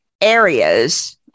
areas